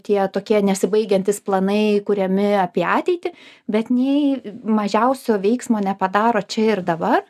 tie tokie nesibaigiantys planai kuriami apie ateitį bet nei mažiausio veiksmo nepadaro čia ir dabar